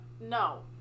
no